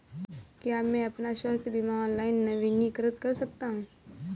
क्या मैं अपना स्वास्थ्य बीमा ऑनलाइन नवीनीकृत कर सकता हूँ?